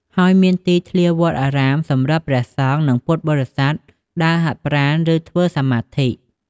ហើយ មានទីធ្លាវត្តអារាមសម្រាប់ព្រះសង្ឃ និងពុទ្ធបរិស័ទដើរហាត់ប្រាណ ឬធ្វើសមាធិ។